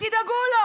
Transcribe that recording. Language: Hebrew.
שתדאגו לו.